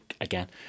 again